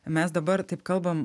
mes dabar taip kalbam